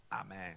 Amen